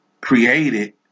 created